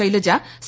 Shailaja C